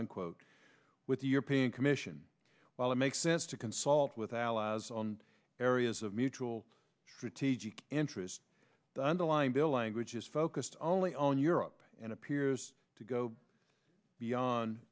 unquote with the european commission while it makes sense to consult with allies on areas of mutual strategic interest the underlying bill language is focused only on europe and appears to go beyond